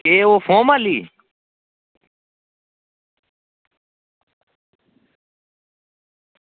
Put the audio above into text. केह् ओह् फोम आह्ली